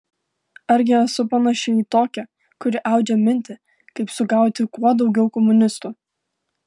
argi esu panaši į tokią kuri audžia mintį kaip sugauti kuo daugiau komunistų